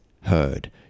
heard